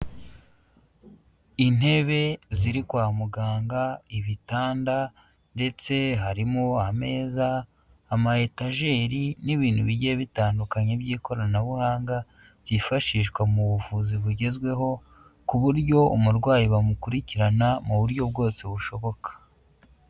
Intebe ziri kwa muganga, ibitanda ndetse harimo ameza, ama etajeri n'ibintu bigiye bitandukanye by'ikoranabuhanga, byifashishwa mu buvuzi bugezweho, ku buryo umurwayi bamukurikirana mu buryo bwose bushoboka.